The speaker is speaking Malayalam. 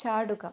ചാടുക